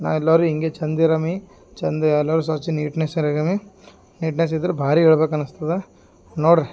ನಾ ಎಲ್ಲಾರು ಹಿಂಗೆ ಚಂದ ಇರೋಮಿ ಚಂದ ಎಲ್ಲರು ಸ್ವಚ್ ನೀಟ್ನೆಸ್ ಇರೋಕಮಿ ನೀಟ್ನೆಸ್ ಇದ್ರ ಭಾರಿ ಹೇಳ್ಬೇಕು ಅನಿಸ್ತದ ನೋಡ್ರಿ